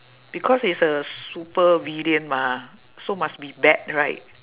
because he's a supervillain mah so must be bad right